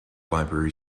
library